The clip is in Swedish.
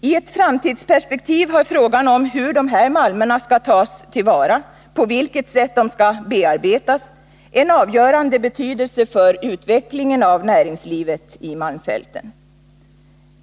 I ett framtidsperspektiv har frågan om hur dessa malmer skall tas till vara, dvs. på vilket sätt de skall bearbetas, en avgörande betydelse för utvecklingen av näringslivet i malmfälten.